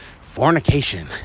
Fornication